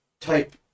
type